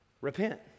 Repent